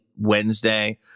Wednesday